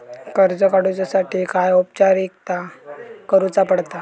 कर्ज काडुच्यासाठी काय औपचारिकता करुचा पडता?